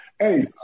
hey